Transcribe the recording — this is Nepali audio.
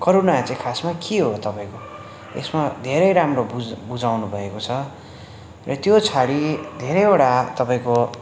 करुणा चाहिँ खासमा के हो तपाईँको यसमा धेरै राम्रो बुझ बुझाउनु भएको छ र त्यो छोडेर धेरैवटा तपाईँको